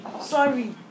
Sorry